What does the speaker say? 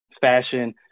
fashion